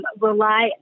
rely